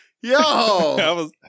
yo